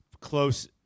close